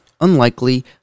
unlikely